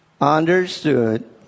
understood